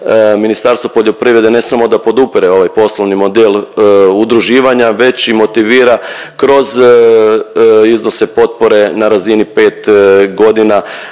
Ministarstvo poljoprivrede ne samo da podupire ovaj poslovni model udruživanja već i motivira kroz iznose potpore na razini 5 godina